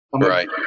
Right